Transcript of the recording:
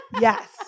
Yes